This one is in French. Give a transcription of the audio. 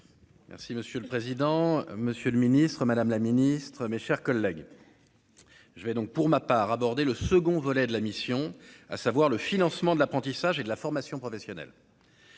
Merci monsieur le président, Monsieur le Ministre, Madame la Ministre, mes chers collègues. Je vais donc pour ma part, aborder le second volet de la mission, à savoir le financement de l'apprentissage et de la formation professionnelle,